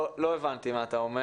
אני לא הבנתי את מה שאתה אומר.